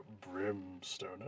brimstone